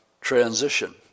transition